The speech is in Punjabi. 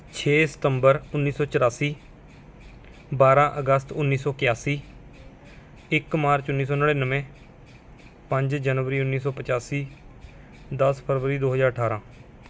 ਛੇ ਸਤੰਬਰ ਉੱਨੀ ਸੌ ਚੌਰਾਸੀ ਬਾਰ੍ਹਾਂ ਅਗਸਤ ਉੱਨੀ ਸੌ ਇਕਿਆਸੀ ਇੱਕ ਮਾਰਚ ਉੱਨੀ ਸੌ ਨੜਿਨਵੇਂ ਪੰਜ ਜਨਵਰੀ ਉੱਨੀ ਸੌ ਪਚਾਸੀ ਦਸ ਫਰਵਰੀ ਦੋ ਹਜ਼ਾਰ ਅਠਾਰਾਂ